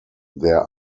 there